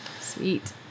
Sweet